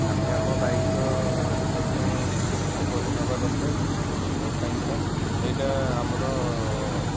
ଆମେ ଆମ ବାଇକର ଯତ୍ନ ଏପରି ନବା ଦରକାର କେଉଁ କାହିଁକି ନା ଏଇଟା ଆମର